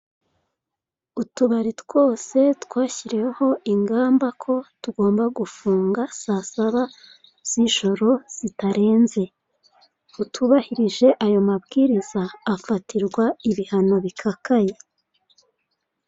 Utubari twose twashyiriyeho ingamba ko tugomba gufunga saasaba z'ijoro zitarenze, utubahirije ayo mabwiriza afatirwa ibihano bikakaye.